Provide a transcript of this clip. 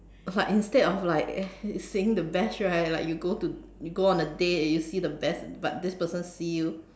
but instead of like seeing the best right like you go to you go on a date and you see the best but this person see you